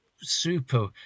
super